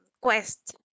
quest